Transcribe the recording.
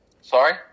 Sorry